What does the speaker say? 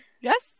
Yes